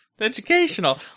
Educational